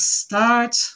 start